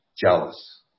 jealous